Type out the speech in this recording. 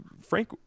frank